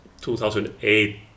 2008